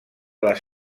les